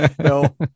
No